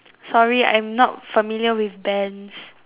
sorry I'm not familiar with bands